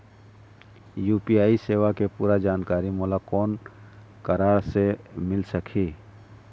UPI सेवा के पूरा जानकारी मोला कोन करा से मिल सकही?